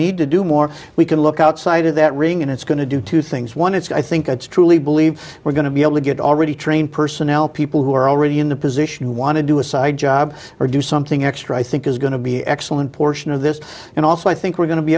need to do more we can look outside of that ring and it's going to do two things one it's i think it's truly believe we're going to be able to get already trained personnel people who are already in the position who want to do a side job or do something extra i think is going to be excellent portion of this and also i think we're going to be